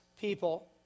people